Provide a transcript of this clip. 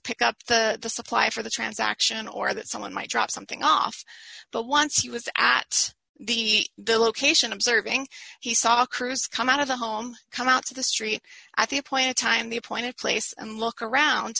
pick up the supply for the transaction or that someone might drop something off but once he was at the location observing he saw a cruise come out of the home come out to the street at the appointed time the appointed place and look around